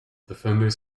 defenders